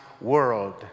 world